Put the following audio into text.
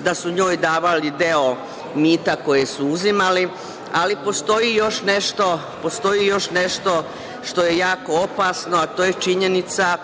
da su njoj davali deo mita koji su uzimali. Postoji još nešto što je jako opasno, a to je činjenica